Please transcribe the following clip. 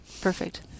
perfect